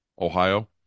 Ohio